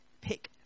pick